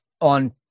on